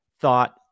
thought